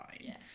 Yes